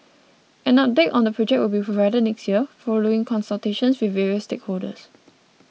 an update on the project will be provided next year following consultations with various stakeholders